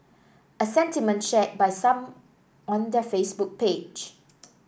a sentiment shared by some on their Facebook page